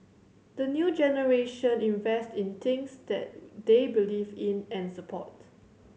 the new generation invest in things that they believe in and support